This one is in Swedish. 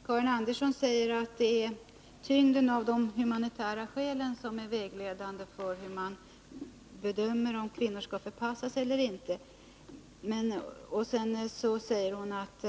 Herr talman! Karin Andersson säger att det är tyngden av de humanitära skälen som är vägledande vid bedömningen av om kvinnorna skall förpassas eller inte. Sedan säger hon att